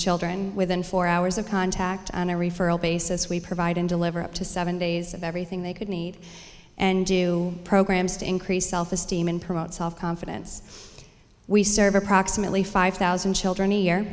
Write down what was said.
children within four hours of contact on a referral basis we provide and deliver up to seven days of everything they could need and do programs to increase self esteem and promote self confidence we serve approximately five thousand children